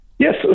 Yes